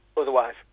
otherwise